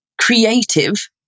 creative